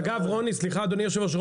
סליחה אדוני היושב-ראש,